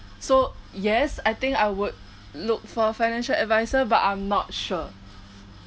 so yes I think would look for financial advisor but I'm not sure